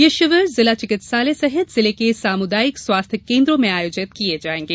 यह शिविर जिला चिकित्सालय सहित जिले के सामुदायिक स्वास्थ्य केन्द्रों में आयोजित किये जायेंगे